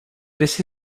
this